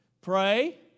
Pray